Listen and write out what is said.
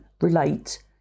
relate